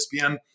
ESPN